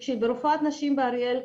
תקשיבי רופאת נשים באריאל,